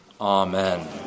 Amen